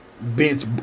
bench